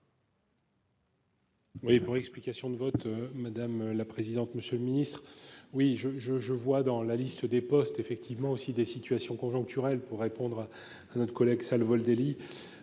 Oui pour. Explications de vote. Madame la présidente. Monsieur le Ministre, oui je je je vois dans la liste des postes effectivement aussi des situations conjoncturelles pour répondre à notre collègue ça le